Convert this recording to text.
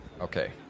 Okay